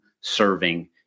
serving